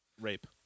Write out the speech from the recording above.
Rape